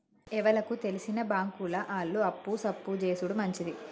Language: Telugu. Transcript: ఎవలకు తెల్సిన బాంకుల ఆళ్లు అప్పు సప్పు జేసుడు మంచిది